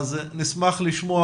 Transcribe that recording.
ונשמח לשמוע